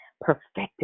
perfected